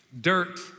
dirt